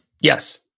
yes